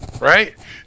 Right